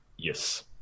Yes